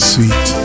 Sweet